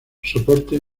soporte